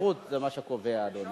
האיכות זה מה שקובע, אדוני.